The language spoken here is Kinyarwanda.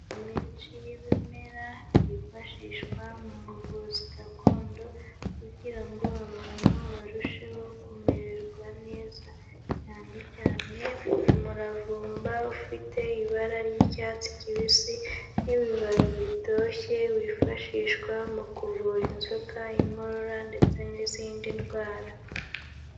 Imiti y'ibimera byifashishwa mu buvuzi gakondo kugira ngo abantu barusheho kumererwa neza, cyane cyane umuravumba ufite ibara ry'icyatsi kibisi n'ibibabi bitoshye wifashishwa mu kuvura inzoka, inkorora ndetse n'izindi ndwara.